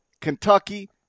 Kentucky